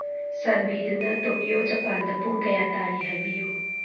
ꯆꯥꯟꯕꯤꯗꯨꯅ ꯇꯣꯀꯤꯌꯣ ꯖꯄꯥꯟꯗ ꯄꯨꯡ ꯀꯌꯥ ꯇꯥꯔꯤ ꯍꯥꯏꯕꯤꯌꯨ